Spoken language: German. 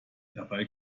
dabei